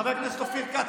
חבר הכנסת כץ,